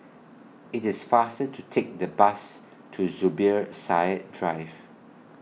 IT IS faster to Take The Bus to Zubir Said Drive